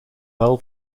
vel